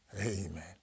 Amen